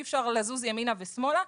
אי אפשר לזוז ימינה ושמאלה.